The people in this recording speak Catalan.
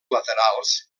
laterals